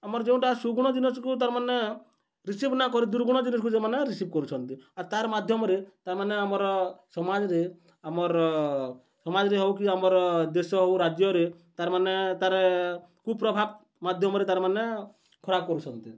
ଆମର ଯେଉଁଟା ସୁଗୁଣ ଜିନିଷକୁ ତା'ର ମାନେ ରିସିଭ୍ ନ କରି ଦୁର୍ଗୁଣ ଜିନିଷକୁ ସେମାନେ ରିସିଭ୍ କରୁଛନ୍ତି ଆର୍ ତା'ର ମାଧ୍ୟମରେ ତା'ର ମାନେ ଆମର ସମାଜରେ ଆମର ସମାଜରେ ହଉ କି ଆମର ଦେଶ ହଉ ରାଜ୍ୟରେ ତା'ର ମାନେ ତା'ର କୁପ୍ରଭାବ ମାଧ୍ୟମରେ ତା'ର ମାନେ ଖରାପ କରୁଛନ୍ତି